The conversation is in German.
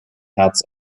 herz